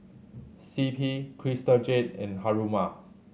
C P Crystal Jade and Haruma